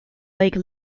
lake